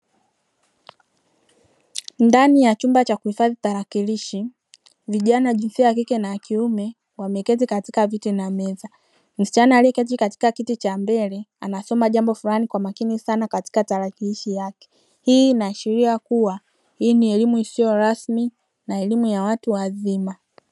Ndani ya chumba cha kuhifadhi tarakilishi vijana wa kike na kiume wameketi katika viti na meza, msichana aliyeketi katika kiti cha mbele anasoma jambo fulani kwa makini sana katika tarakilishi yake, hii inaashiria kuwa hii ni elimu isiyo rasmi na elimu kwa watu wazima.